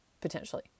potentially